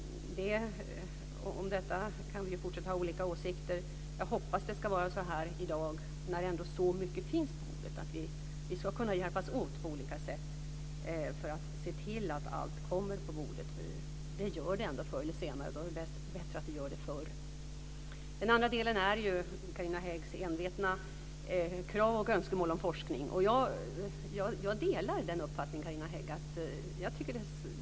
Om detta kan vi fortsätta att ha olika åsikter. Jag hoppas att det ska vara så i dag, när ändå så mycket finns på bordet, att vi ska kunna hjälpas åt på olika sätt för att se till att allt kommer på bordet. Det gör det ändå förr eller senare. Då är det bättre att det gör det förr. Den andra delen är Carina Häggs envetna krav och önskemål om forskning. Jag delar den uppfattningen, Carina Hägg.